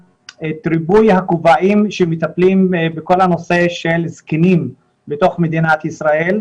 ריבוי הכובעים שמטפלים בכל הנושא של זקנים בתוך מדינת ישראל,